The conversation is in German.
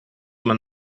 man